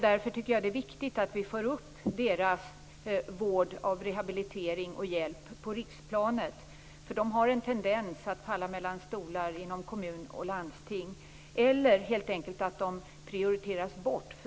Därför tycker jag att det är viktigt att vi för upp deras behov av rehabilitering och hjälp på riksplanet, eftersom de har en tendens att falla mellan stolar inom kommun och landsting eller helt enkelt prioriteras bort.